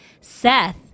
Seth